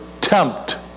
tempt